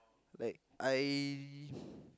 like I